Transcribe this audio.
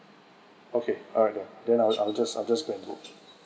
okay all right then then I will just I will just go and book